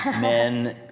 men